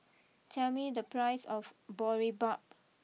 tell me the price of Boribap